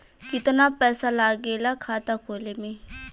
कितना पैसा लागेला खाता खोले में?